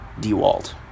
DEWALT